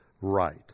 right